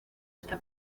esta